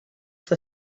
for